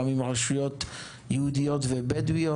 גם עם הרשויות היהודיות וגם עם הרשויות הבדואיות.